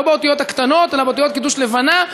לא באותיות הקטנות אלא באותיות קידוש לבנה,